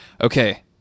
okay